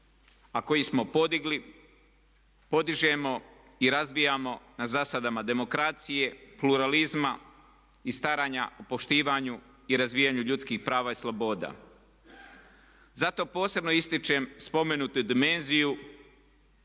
a koji smo podigli, podižemo i razvijamo na zasadama demokracije, pluralizma i staranja poštivanju i razvijanju ljudskih prava i sloboda. Zato posebno ističem spomenutu dimenziju